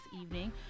evening